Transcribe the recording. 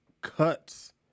cuts